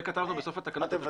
זה כתבנו בסוף התקנות.